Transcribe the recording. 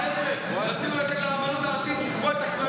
ההפך, רצינו לתת לרבנות הראשית לקבוע את הכללים.